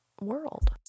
world